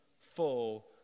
full